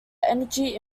energy